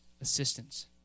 assistance